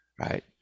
right